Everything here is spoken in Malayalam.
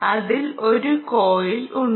അതിൽ ഒരു കോയിൽ ഉണ്ട്